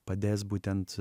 padės būtent